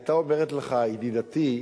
היתה אומרת לך ידידתי,